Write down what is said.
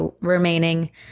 remaining